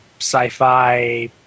sci-fi